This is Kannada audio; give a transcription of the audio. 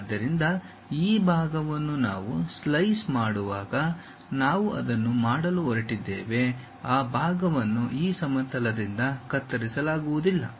ಆದ್ದರಿಂದ ಈ ಭಾಗವನ್ನು ನಾವು ಸ್ಲೈಸ್ ಮಾಡುವಾಗ ನಾವು ಅದನ್ನು ಮಾಡಲು ಹೊರಟಿದ್ದೇವೆ ಆ ಭಾಗವನ್ನು ಈ ಸಮತಲದಿಂದ ಕತ್ತರಿಸಲಾಗುವುದಿಲ್ಲ